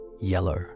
yellow